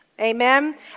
Amen